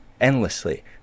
endlessly